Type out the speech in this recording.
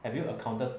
have you accounted